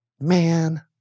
man